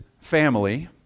family